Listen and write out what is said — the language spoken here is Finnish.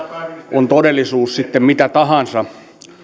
on todellisuus sitten mitä tahansa